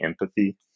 empathy